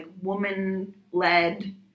woman-led